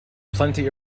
plenty